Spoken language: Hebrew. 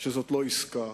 שזו לא עסקה,